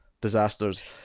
disasters